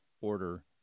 order